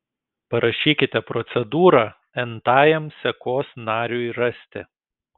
parašykite procedūrą n tajam sekos nariui rasti